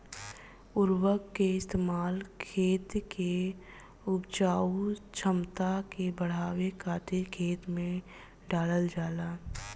उर्वरक के इस्तेमाल खेत के उपजाऊ क्षमता के बढ़ावे खातिर खेत में डालल जाला